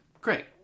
Great